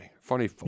funny